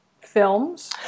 films